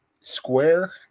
square